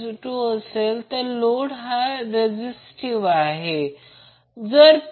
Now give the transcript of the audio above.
आणि तिथून Qc चे समीकरण शोधा एक पॉवर ट्रँगल काढा आणि स्वतः करा